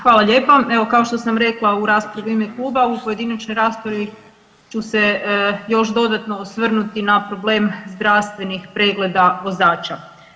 Hvala lijepa, evo kao što sam rekla u raspravi u ime kluba u pojedinačnoj raspravi ću se još dodatno osvrnuti na problem zdravstvenih pregleda vozača.